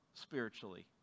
spiritually